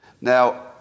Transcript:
Now